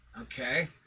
Okay